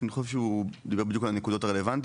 כי אני חושב שהוא דיבר בדיוק על הנקודות הרלוונטיות.